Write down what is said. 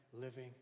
living